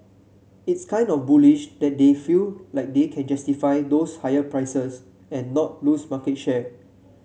it's kind of bullish that they feel like they can justify those higher prices and not lose market share